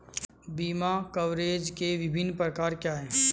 बीमा कवरेज के विभिन्न प्रकार क्या हैं?